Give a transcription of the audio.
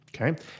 Okay